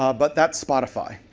um but that's spotify.